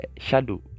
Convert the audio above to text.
shadow